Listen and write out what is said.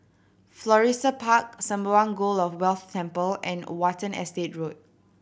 Florissa Park Sembawang God of Wealth Temple and Watten Estate Road